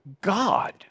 God